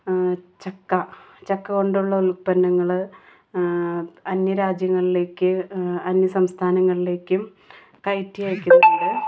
ചക്ക ചക്ക കൊണ്ടുള്ള ഉല്പന്നങ്ങൾ അന്യരാജ്യങ്ങളിലേക്ക് അന്യസംസ്ഥാനങ്ങളിലേക്കും കയറ്റി അയക്കുന്നുണ്ട്